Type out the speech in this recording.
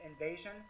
invasion